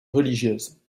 religieuse